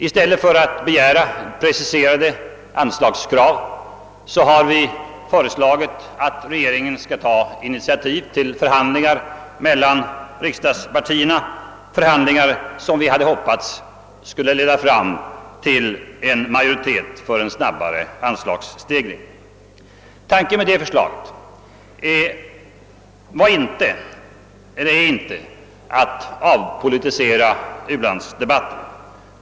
I stället för att begära preciserade anslag har vi föreslagit att regeringen skall ta initiativ till förhandlingar mellan riksdagspartierna, förhandlingar som vi hade hoppats skulle kunna leda fram till bildandet av en majoritet för en snabbare anslagsstegring. Tanken med det förslaget är inte att avpolitisera u-landsdebatten.